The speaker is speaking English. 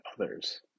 others